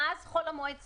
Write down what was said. מאז חול המועד סוכות,